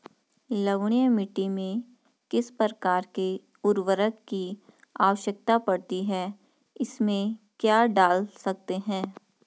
लवणीय मिट्टी में किस प्रकार के उर्वरक की आवश्यकता पड़ती है इसमें क्या डाल सकते हैं?